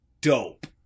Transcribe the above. dope